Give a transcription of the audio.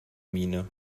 miene